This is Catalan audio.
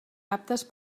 aptes